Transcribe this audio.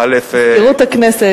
אם כבוד סגן השר